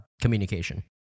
communication